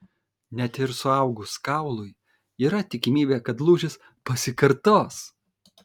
net ir suaugus kaului yra tikimybė kad lūžis pasikartos